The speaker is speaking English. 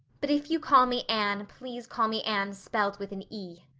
but if you call me anne please call me anne spelled with an e.